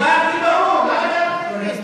דיברתי ברור, דיברתי ברור, מה אתה לא מבין?